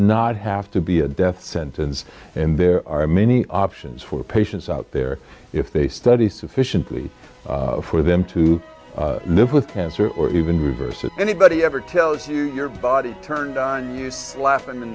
not have to be a death sentence and there are many options for patients out there if they study sufficiently for them to live with cancer or even reverse if anybody ever tells you your body turned on you sla